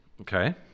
Okay